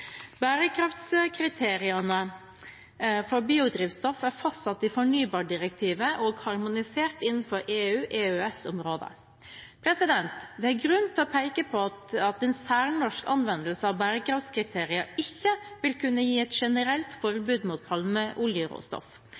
Bærekraftskriteriene for biodrivstoff er fastsatt i fornybardirektivet og er harmonisert innenfor EU/EØS-området. Det er grunn til å peke på at en særnorsk anvendelse av bærekraftskriterier ikke vil kunne gi et generelt forbud mot